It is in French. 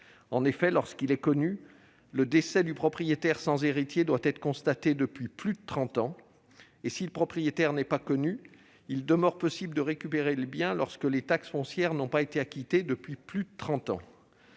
En effet, lorsqu'il est connu, le décès du propriétaire sans héritier doit être constaté depuis plus de trente ans. Si le propriétaire n'est pas connu, il demeure possible de récupérer le bien, lorsque les taxes foncières n'ont pas été acquittées depuis plus de trente